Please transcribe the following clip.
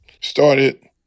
Started